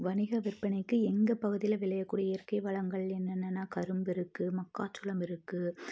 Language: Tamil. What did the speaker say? வணிக விற்பனைக்கு எங்கள் பகுதியில் விளையக்கூடிய இயற்கை வளங்கள் என்னென்னன்னா கரும்பு இருக்குது மக்காச்சோளம் இருக்குது